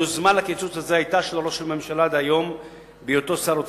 היוזמה לקיצוץ הזה היתה של ראש הממשלה דהיום בהיותו שר האוצר,